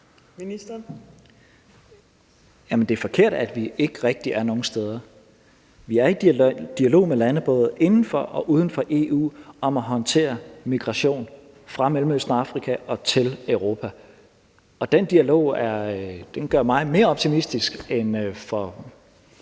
Det er forkert, at vi ikke rigtig er nogen steder. Vi er i dialog med lande både inden for og uden for EU om at håndtere migration fra Mellemøsten og Afrika til Europa. Og den dialog gør mig mere optimistisk nu end før